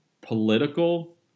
political